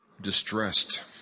distressed